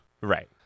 Right